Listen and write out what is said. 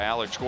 Alex